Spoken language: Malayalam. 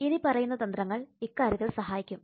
ഇനി പറയുന്ന തന്ത്രങ്ങൾ ഇക്കാര്യത്തിൽ സഹായിക്കും